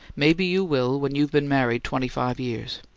maybe you will when you've been married twenty-five years.